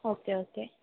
okay okay